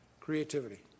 Creativity